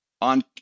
on